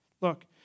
Look